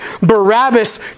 Barabbas